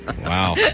Wow